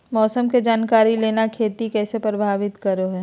मौसम के जानकारी लेना खेती के कैसे प्रभावित करो है?